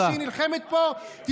מה שהיא נלחמת פה?